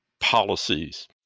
policies